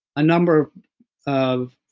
a number of